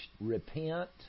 Repent